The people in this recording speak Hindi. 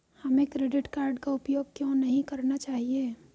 हमें क्रेडिट कार्ड का उपयोग क्यों नहीं करना चाहिए?